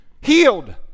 healed